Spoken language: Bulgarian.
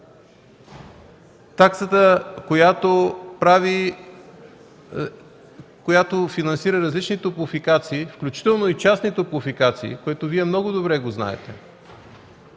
Таксата, която финансира различни топлофикации, включително и частни топлофикации, което Вие много добре знаете,